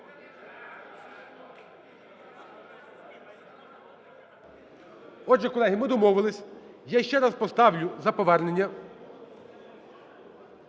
Отже, колеги, ми домовилися, я ще раз поставлю за повернення.